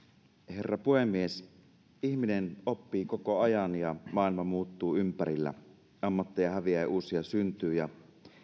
herra puhemies ihminen oppii koko ajan ja maailma muuttuu ympärillä ammatteja häviää ja uusia syntyy ja